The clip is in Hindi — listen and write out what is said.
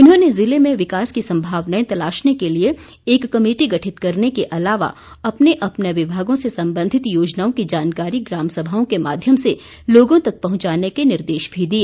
उन्होंने जिले में विकास की संभावनाएं तलाशने के लिए एक कमेटी गठित करने के अलावा अपने अपने विभागों से संबंधित योजनाओं की जानकारी ग्राम सभाओं के माध्यम से लोगों तक पहुंचाने के निर्देश भी दिए